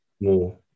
more